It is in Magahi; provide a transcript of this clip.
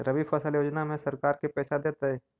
रबि फसल योजना में सरकार के पैसा देतै?